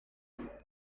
meu